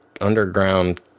underground